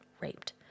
raped